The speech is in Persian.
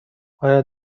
آیا